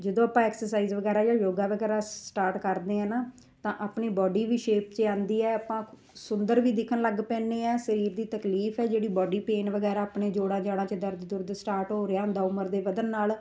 ਜਦੋਂ ਆਪਾਂ ਐਕਸਰਸਾਈਜ਼ ਵਗੈਰਾ ਜਾਂ ਯੋਗਾ ਵਗੈਰਾ ਸਟਾਰਟ ਕਰਦੇ ਹਾਂ ਨਾ ਤਾਂ ਆਪਣੀ ਬਾਡੀ ਵੀ ਸ਼ੇਪ 'ਚ ਆਉਂਦੀ ਹੈ ਆਪਾਂ ਸੁੰਦਰ ਵੀ ਦਿਖਣ ਲੱਗ ਪੈਂਦੇ ਹਾਂ ਸਰੀਰ ਦੀ ਤਕਲੀਫ਼ ਹੈ ਜਿਹੜੀ ਬੋਡੀ ਪੇਨ ਵਗੈਰਾ ਆਪਣੇ ਜੋੜਾਂ ਜਾੜਾਂ 'ਚ ਦਰਦ ਦੁਰਦ ਸਟਾਰਟ ਹੋ ਰਿਹਾ ਹੁੰਦਾ ਉਮਰ ਦੇ ਵਧਣ ਨਾਲ